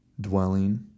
Dwelling